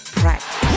practice